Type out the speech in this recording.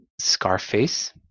Scarface